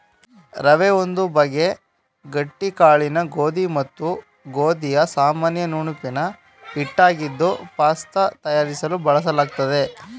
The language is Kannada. ರವೆ ಒಂದು ಬಗೆ ಗಟ್ಟಿ ಕಾಳಿನ ಗೋಧಿ ಮತ್ತು ಗೋಧಿಯ ಸಾಮಾನ್ಯ ನುಣುಪಿನ ಹಿಟ್ಟಾಗಿದ್ದು ಪಾಸ್ತ ತಯಾರಿಸಲು ಬಳಲಾಗ್ತದೆ